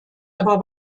aber